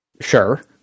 Sure